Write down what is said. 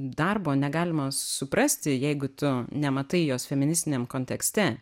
darbo negalima suprasti jeigu tu nematai jos feministiniam kontekste